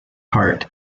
heart